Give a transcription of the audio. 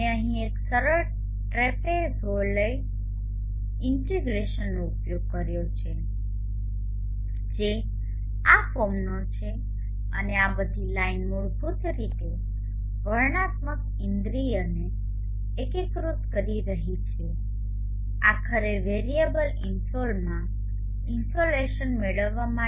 મેં અહીં એક સરળ ટ્રેપેઝોઇડલ ઇન્ટિગ્રેશનનો ઉપયોગ કર્યો છે જે આ ફોર્મનો છે અને આ બધી લાઇન મૂળભૂત રીતે વર્ણનાત્મક ઇન્દ્રિયને એકીકૃત કરી રહી છે આખરે વેરિયેબલ ઇન્સોલમાં ઇન્સોલેશન મેળવવા માટે